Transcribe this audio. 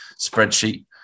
Spreadsheet